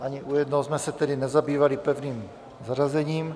Ani u jednoho jsme se tedy nezabývali pevným zařazením.